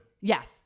yes